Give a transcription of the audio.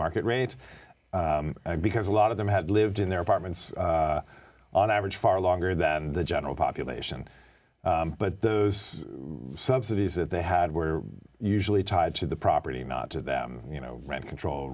market rate because a lot of them had lived in their apartments on average far longer than the general population but the subsidies that they had were usually tied to the property not to them you know rent control